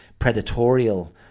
predatorial